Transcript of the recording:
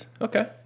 Okay